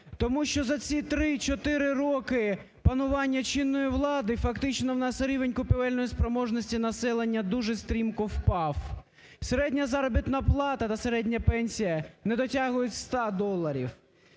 Тому що за ці 3-4 роки панування чинної влади фактично у нас рівень купівельної спроможності населення дуже стрімко впав. Середня заробітна плата та середня пенсія не дотягують 100 доларів,